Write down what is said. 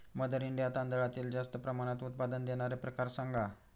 mother India तांदळातील जास्त प्रमाणात उत्पादन देणारे प्रकार सांगा